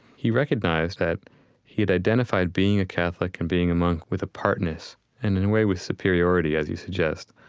he recognized that he'd identified being a catholic and being a monk with apartness and, in a way, with superiority, as you suggest.